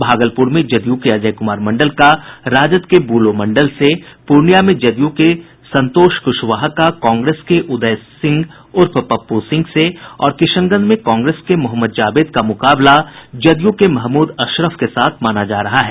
भागलपुर में जदयू के अजय कुमार मंडल का राजद के बुलो मंडल से पूर्णियां में जदयू के संतोष कुशवाहा का कांग्रेस के उदय सिंह उर्फ पप्पू सिंह से और किशनगंज में कांग्रेस के मोहम्मद जावेद का मुकाबला जदयू के महमूद अशरफ के साथ माना जा रहा है